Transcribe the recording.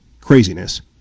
craziness